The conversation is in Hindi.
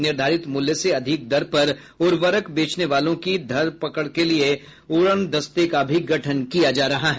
निर्धारित मूल्य से अधिक दर पर उर्वरक बेचने वालों की धर पकड़ के लिये उड़नदस्ते का भी गठन किया जा रहा है